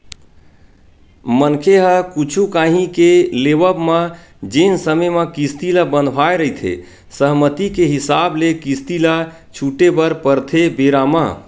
मनखे ह कुछु काही के लेवब म जेन समे म किस्ती ल बंधवाय रहिथे सहमति के हिसाब ले किस्ती ल छूटे बर परथे बेरा म